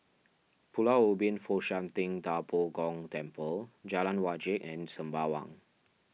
Pulau Ubin Fo Shan Ting Da Bo Gong Temple Jalan Wajek and Sembawang